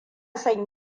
son